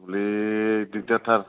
औलै दिगदारथार